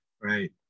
Right